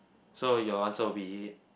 so your answer will be